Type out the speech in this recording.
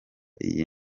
iyi